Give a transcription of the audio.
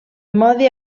mode